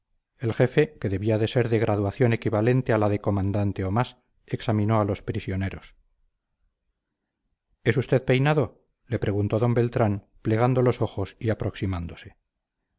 el jefe que debía de ser de graduación equivalente a la de comandante o más examinó a los prisioneros es usted peinado le preguntó d beltrán plegando los ojos y aproximándose